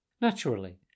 Naturally